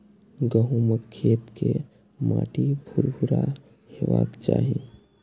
गहूमक खेत के माटि भुरभुरा हेबाक चाही